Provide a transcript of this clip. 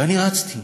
ואני רצתי,